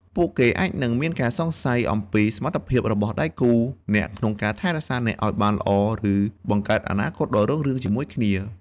ពួកគេអាចនឹងមានការសង្ស័យអំពីសមត្ថភាពរបស់ដៃគូអ្នកក្នុងការថែរក្សាអ្នកឲ្យបានល្អ ឬបង្កើតអនាគតដ៏រុងរឿងជាមួយគ្នា។